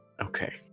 Okay